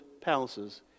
palaces